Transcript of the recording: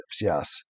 yes